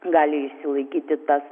gali išsilaikyti tas